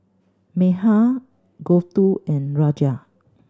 Medha Gouthu and Raja